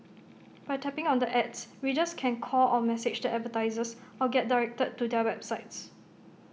by tapping on the ads readers can call or message the advertisers or get directed to their websites